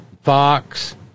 Fox